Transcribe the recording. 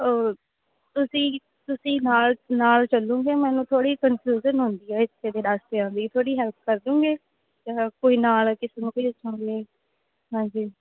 ਤੁਸੀਂ ਤੁਸੀਂ ਨਾਲ ਨਾਲ ਚਲੂੰਗੇ ਮੈਨੂੰ ਥੋੜ੍ਹੀ ਕੰਨਫਿਊਜ਼ਨ ਹੁੰਦੀ ਹੈ ਇੱਥੇ ਦੇ ਰਸਤਿਆਂ ਦੀ ਥੋੜ੍ਹੀ ਹੈਲਪ ਕਰ ਦੂੰਗੇ ਕੋਈ ਨਾਲ ਕਿਸੇ ਨੂੰ ਭੇਜ ਦੂੰਗੇ ਹਾਂਜੀ